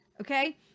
Okay